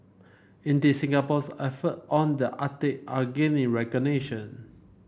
indeed Singapore's effort on the Arctic are gaining recognition